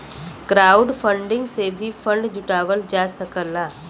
crowdfunding से भी fund जुटावल जा सकला